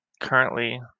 currently